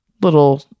little